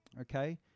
Okay